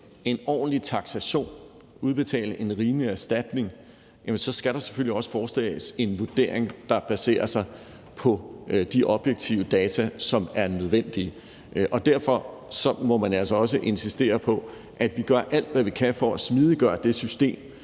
en ordentlig taksation og udbetale en rimelig erstatning, skal der selvfølgelig også foretages en vurdering, der baserer sig på de objektive data, som er nødvendige. Derfor må man altså også insistere på, at vi gør alt, hvad vi kan, for at smidiggøre det system,